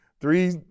three